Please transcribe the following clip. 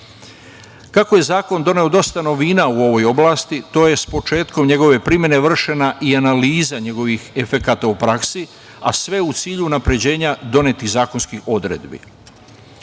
je zakon doneo dosta novina u ovoj oblasti, to je sa početkom njegove primene vršena i analiza njegovih efekata u praksi, a sve u cilju unapređenja donetih zakonskih odredbi.